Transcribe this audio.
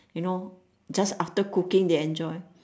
you know just after cooking they enjoy